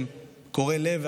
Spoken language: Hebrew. הם קורעי לב,